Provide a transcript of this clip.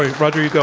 roger you go.